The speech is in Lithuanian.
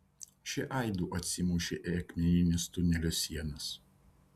šie aidu atsimušė į akmenines tunelio sienas